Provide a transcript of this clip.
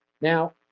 Now